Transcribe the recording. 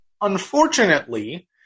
unfortunately